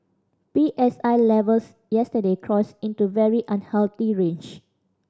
P S I levels yesterday crossed into very unhealthy range